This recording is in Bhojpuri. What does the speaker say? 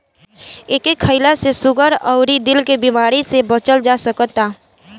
एके खईला से सुगर अउरी दिल के बेमारी से बचल जा सकता